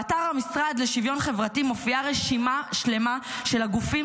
באתר המשרד לשוויון חברתי מופיעה רשימה שלמה של הגופים